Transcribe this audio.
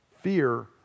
Fear